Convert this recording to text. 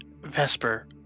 Vesper